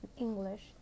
English